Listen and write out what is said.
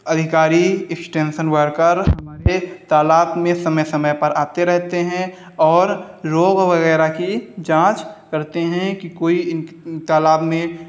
अधिकारी extension worker के तालाब में समय समय पर आते रहते हैं और रोग वगैरह की जांच करते हैं कि इन कोई तालाब में